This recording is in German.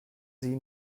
sie